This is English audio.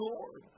Lord